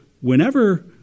whenever